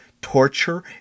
torture